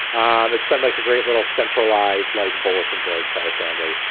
um it's been like a great little centralized like bulletin board for our family.